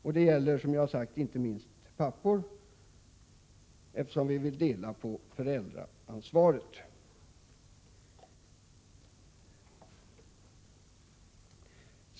Detta gäller inte minst pappor, eftersom vi vill att man delar på föräldraansvaret inom familjen.